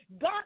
God